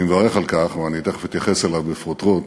אני מברך עליו, ואני תכף אתייחס אליו בפרוטרוט,